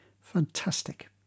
fantastic